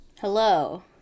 Hello